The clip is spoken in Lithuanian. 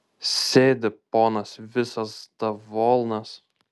sėdi ponas visas davolnas